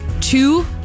two